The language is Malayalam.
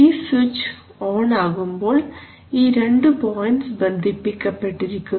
ഈ സ്വിച്ച് ഓൺ ആകുമ്പോൾ ഈ രണ്ടു പോയൻസ് ബന്ധിപ്പിക്കപ്പെട്ടിരിക്കുന്നു